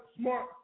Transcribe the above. smart